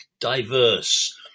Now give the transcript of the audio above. Diverse